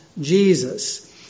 Jesus